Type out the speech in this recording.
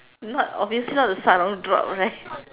not obviously not the sarong drop right